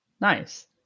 Nice